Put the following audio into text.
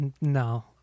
no